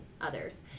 others